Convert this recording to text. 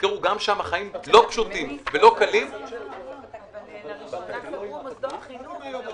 החיים לא פשוטים ולא קלים -- אבל לראשונה סגרו מוסדות חינוך.